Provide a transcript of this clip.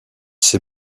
ces